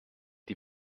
die